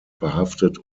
verhaftet